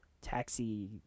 Taxi